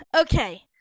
Okay